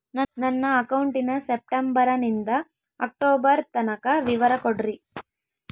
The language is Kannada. ನನ್ನ ಅಕೌಂಟಿನ ಸೆಪ್ಟೆಂಬರನಿಂದ ಅಕ್ಟೋಬರ್ ತನಕ ವಿವರ ಕೊಡ್ರಿ?